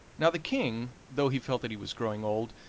now the king, though he felt that he was growing old,